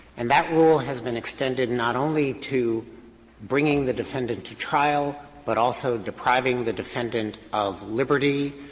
and that rule has been extended not only to bringing the defendant to trial, but also depriving the defendant of liberty,